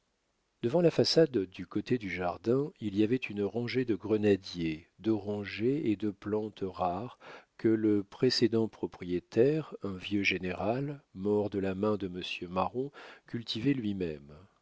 devant la façade du côté du jardin il y avait une rangée de grenadiers d'orangers et de plantes rares que le précédent propriétaire un vieux général mort de la main de monsieur marron cultivait lui-même